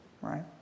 right